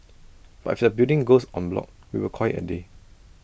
but if the building goes on bloc we will call IT A day